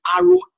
arrow